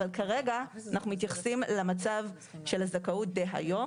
אבל כרגע אנחנו מתייחסים למצב של הזכאות דהיום,